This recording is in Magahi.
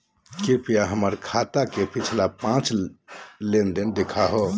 कृपया हमर खाता के पिछला पांच लेनदेन देखाहो